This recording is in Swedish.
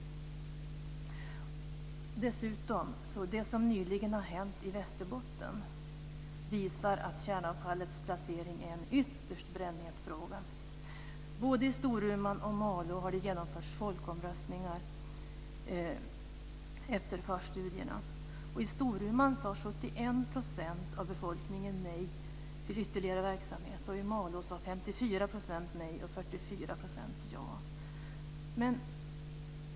Dessutom visar det som nyligen har hänt i Västerbotten att kärnavfallets placering är en ytterst brännhet fråga. Både i Storuman och i Malå har folkomröstningar genomförts efter förstudierna. I Storuman sade 71 % av befolkningen nej till ytterligare verksamhet, och i Malå sade 54 % nej och 44 % ja.